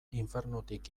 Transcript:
infernutik